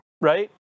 right